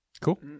Cool